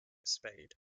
spade